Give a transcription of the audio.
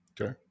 Okay